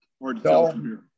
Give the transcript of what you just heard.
No